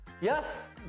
Yes